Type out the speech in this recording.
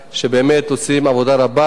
שבאמת עושים עבודה רבה,